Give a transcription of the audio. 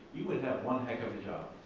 you would have one heck of a job.